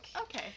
Okay